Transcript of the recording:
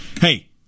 Hey